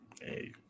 hey